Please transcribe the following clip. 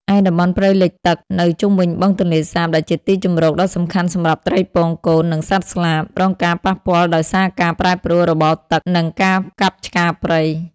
ឯតំបន់ព្រៃលិចទឹកនៅជុំវិញបឹងទន្លេសាប ដែលជាទីជម្រកដ៏សំខាន់សម្រាប់ត្រីពងកូន និងសត្វស្លាប រងការប៉ះពាល់ដោយសារការប្រែប្រួលរបបទឹក និងការកាប់ឆ្ការព្រៃ។